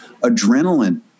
adrenaline